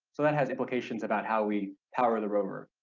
so that has implications about how we power the rover.